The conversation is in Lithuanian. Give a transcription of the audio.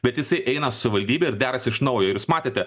bet jisai eina savivaldybė derasi iš naujo jūs matėte